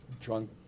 drunk